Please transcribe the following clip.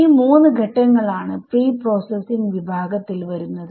ഈ മൂന്ന് ഘട്ടങ്ങൾ ആണ് പ്രീപ്രോസസ്സിംഗ് വിഭാഗത്തിൽ വരുന്നത്